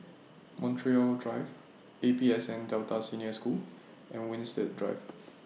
Montreal Drive A P S N Delta Senior School and Winstedt Drive